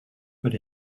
but